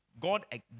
God